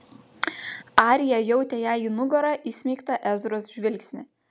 arija jautė jai į nugarą įsmeigtą ezros žvilgsnį